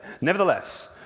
Nevertheless